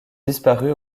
disparu